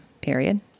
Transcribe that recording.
period